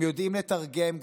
הם יודעים לתרגם,